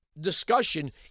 discussion